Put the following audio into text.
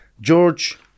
George